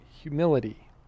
humility